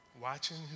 watching